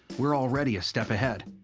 we're already a step ahead.